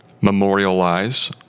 memorialize